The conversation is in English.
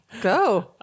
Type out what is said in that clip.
Go